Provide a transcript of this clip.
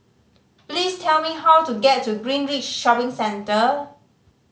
please tell me how to get to Greenridge Shopping Centre